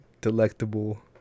delectable